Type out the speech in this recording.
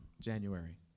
January